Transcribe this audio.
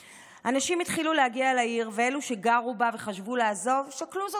אנשים החלו להגיע לעיר ואלו שגרו בה וחשבו לעזוב שקלו זאת שנית.